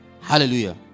Hallelujah